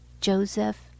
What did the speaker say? joseph